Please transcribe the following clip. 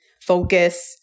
focus